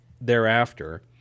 thereafter